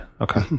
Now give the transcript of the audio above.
Okay